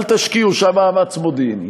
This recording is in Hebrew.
אל תשקיעו שם מאמץ מודיעיני.